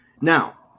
Now